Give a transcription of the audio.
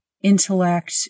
intellect